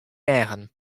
eagen